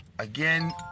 Again